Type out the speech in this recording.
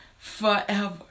forever